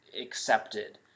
accepted